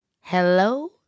hello